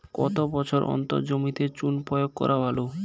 কত বছর অন্তর জমিতে চুন প্রয়োগ করা ভালো?